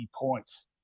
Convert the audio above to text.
points